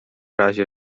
razie